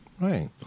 Right